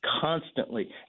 constantly